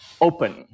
open